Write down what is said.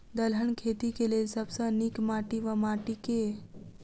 दलहन खेती केँ लेल सब सऽ नीक माटि वा माटि केँ?